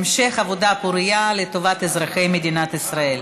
המשך עבודה פורייה למען תושבי מדינת ישראל.